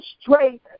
straight